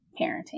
parenting